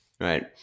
right